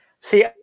See